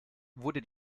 wurde